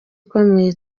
ikomeye